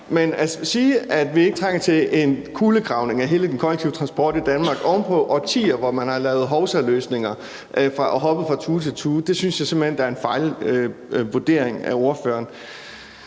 at sige, at vi ikke trænger til en kulegravning af hele den kollektive transport i Danmark oven på årtier, hvor man har lavet hovsaløsninger og er hoppet fra tue til tue. Det synes jeg simpelt hen er en fejlvurdering af ordføreren.